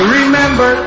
remember